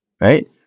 right